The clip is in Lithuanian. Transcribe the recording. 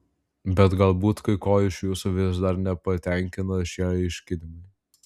bet galbūt kai ko iš jūsų vis dar nepatenkina šie aiškinimai